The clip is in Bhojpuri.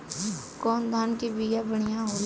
कौन धान के बिया बढ़ियां होला?